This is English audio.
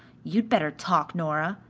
you'd better talk, nora,